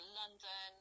london